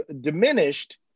diminished